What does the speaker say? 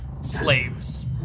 slaves